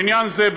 לעניין זה,